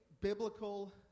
biblical